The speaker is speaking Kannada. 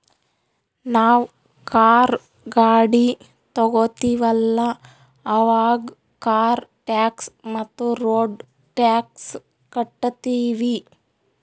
ನಾವ್ ಕಾರ್, ಗಾಡಿ ತೊಗೋತೀವಲ್ಲ, ಅವಾಗ್ ಕಾರ್ ಟ್ಯಾಕ್ಸ್ ಮತ್ತ ರೋಡ್ ಟ್ಯಾಕ್ಸ್ ಕಟ್ಟತೀವಿ